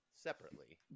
separately